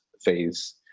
phase